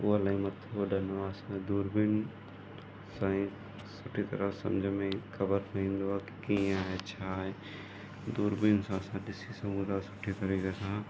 उहो इलाही मथे उॾंदो आहे असां दूरबीनी सां ई सुठी तरह सम्झ में ख़बर पवंदो आहे की कीअं आहे छा आहे दूरबीनी सां असां ॾिसी सघूं था सुठे तरीक़े सां